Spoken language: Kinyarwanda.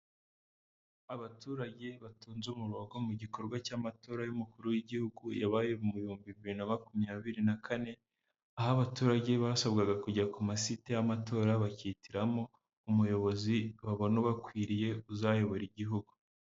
Abaturage batonze umurongogo mu gikorwa cy'amatora y'umukuru w'igihugu, yabaye mu bihumbi bibiri na makumyabiri na kane, aho abaturage basabwaga kujya ku masite y'amatora bakihitiramo umuyobozi babona bakwiriye uzayobora igihugu.